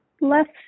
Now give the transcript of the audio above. left